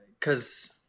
Cause